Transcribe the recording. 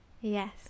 Yes